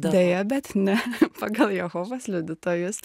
deja bet ne pagal jehovos liudytojus